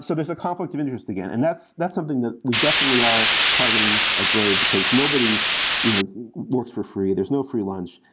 so there's a conflict of interest again, and that's that's something that we definitely are targeting at brave, because nobody you know works for free. there's no free lunch.